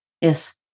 yes